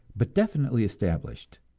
but definitely established